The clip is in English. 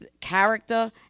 character